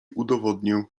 udowodnię